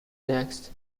next